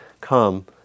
come